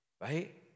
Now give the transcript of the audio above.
right